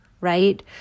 right